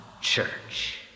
church